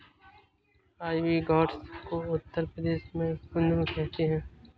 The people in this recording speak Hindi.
आईवी गौर्ड को उत्तर प्रदेश में कुद्रुन कहते हैं